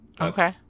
okay